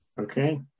Okay